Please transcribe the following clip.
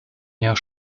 jahr